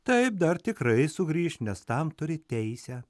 taip dar tikrai sugrįš nes tam turi teisę